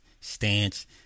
stance